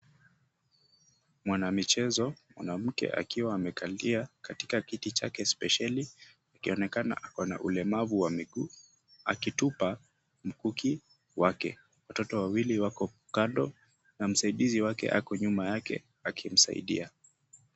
Mwanamichezo mwanamke akiwa amekalia kiti chake spesheli, akionekana ako na ulemavu wa miguu, akitupa mkuki wake, watoto wawili wako kando, na msaidizi wake ako nyuma yake akimsaidia.